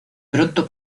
pronto